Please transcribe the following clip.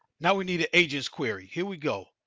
now we need an agent's query. here we go!